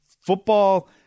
football